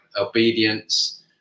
obedience